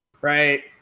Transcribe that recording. right